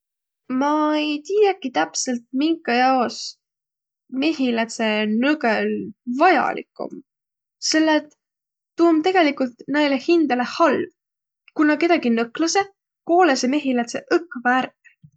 Ma ei tiiäki täpselt minka jaos mehilädse nõgõl vajalik om. Selle et tuu om tegleigult näile hindäle halv. Ku nä kedägi nõklasõq, koolõsõq mehilädseq õkva ärq.